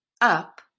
up